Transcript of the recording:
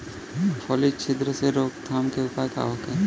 फली छिद्र से रोकथाम के उपाय का होखे?